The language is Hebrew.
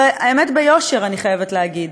והאמת, ביושר, אני חייבת להגיד,